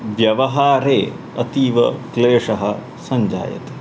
व्यवहारे अतीव क्लेशः सञ्जायते